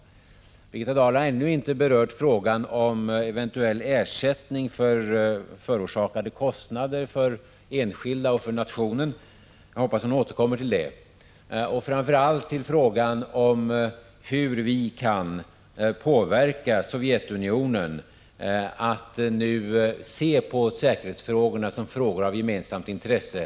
Birgitta Dahl har ännu inte berört frågan om eventuell ersättning för kostnader som förorsakats enskilda och nationen. Jag hoppas att hon återkommer till det och framför allt till frågan hur vi kan påverka Sovjetunionen att se på säkerhetsfrågorna som frågor av gemensamt intresse.